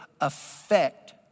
affect